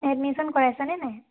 admission কৰাইছেনে নাই